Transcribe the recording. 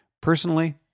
Personally